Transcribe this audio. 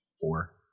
four